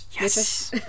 Yes